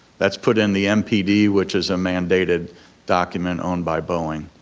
that's put in the mpd which is a mandated document owned by boeing.